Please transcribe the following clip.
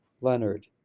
Leonard